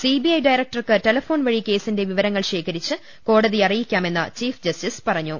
CBI ഡയറക്ടർക്ക് ടെലഫോൺവഴി കേസിന്റെ വിവരങ്ങൾ ശേഖരിച്ച് കോടതിയെ അറിയിക്കാമെന്ന് ചീഫ് ജസ്റ്റിസ് പറഞ്ഞു